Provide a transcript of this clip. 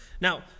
Now